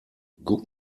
guck